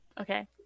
okay